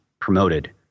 promoted